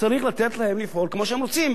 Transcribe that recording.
צריך לתת להם לפעול כמו שהם רוצים,